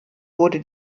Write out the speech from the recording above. wurde